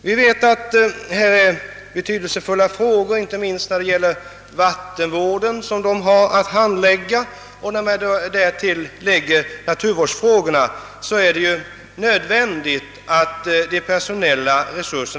Vi vet att dessa enheter kommer att få betydelsefulla frågor att handlägga inte minst när det gäller vattenvården. När därtill kommer naturvården inser man att det är nödvändigt att dessa enheter får väl tilltagna personella resurser.